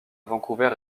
vancouver